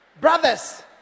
Brothers